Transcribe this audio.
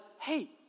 hey